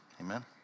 Amen